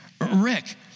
Rick